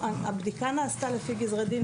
הבדיקה נעשתה לפי גזרי דין,